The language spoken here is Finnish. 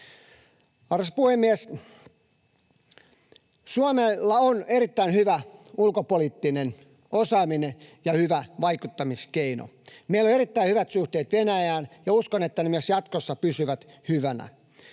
Arvoisa puhemies! Suomella on erittäin hyvä ulkopoliittinen osaaminen ja hyvä vaikuttamiskeino. Meillä on erittäin hyvät suhteet Venäjään, ja uskon, että ne myös jatkossa pysyvät hyvänä.